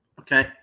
okay